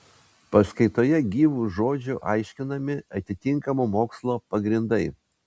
paskaitoje gyvu žodžiu aiškinami atitinkamo mokslo pagrindai